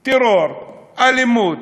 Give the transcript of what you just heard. טרור, אלימות,